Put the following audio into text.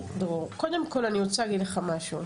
דרור, קודם כל אני רוצה להגיד לך משהו.